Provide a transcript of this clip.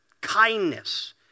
kindness